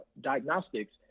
diagnostics